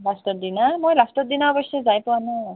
লাষ্টৰ দিনা মই লাষ্টৰ দিনা অৱশ্যে যাই পোৱা নাই